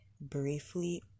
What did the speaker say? briefly